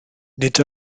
nid